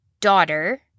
daughter